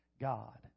god